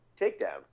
takedown